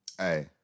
Hey